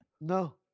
No